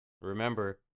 remember